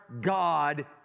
God